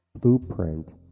blueprint